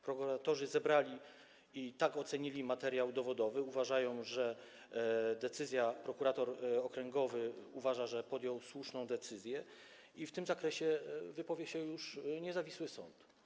Prokuratorzy zebrali i tak ocenili materiał dowodowy, prokurator okręgowy uważa, że podjął słuszną decyzję, i w tym zakresie wypowie się już niezawisły sąd.